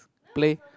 play